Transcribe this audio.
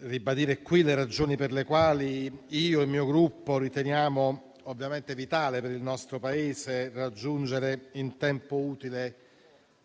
ribadire qui le ragioni per le quali io e il mio Gruppo riteniamo vitale per il nostro Paese raggiungere in tempo utile